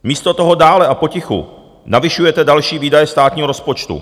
Místo toho dále a potichu navyšujete další výdaje státního rozpočtu.